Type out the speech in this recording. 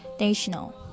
National